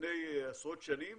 לפני עשרות שנים